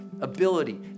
ability